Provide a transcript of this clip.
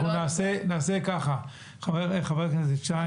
חבר הכנסת שיין,